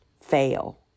fail